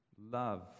love